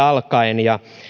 alkaen ja